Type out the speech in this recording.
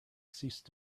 ceased